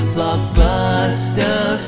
Blockbuster